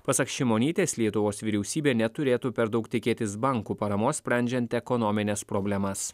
pasak šimonytės lietuvos vyriausybė neturėtų per daug tikėtis bankų paramos sprendžiant ekonomines problemas